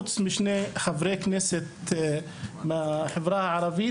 חוץ משני חברי הכנסת שהם מהחברה הערבית.